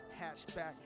hatchback